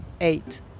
eight